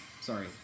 Sorry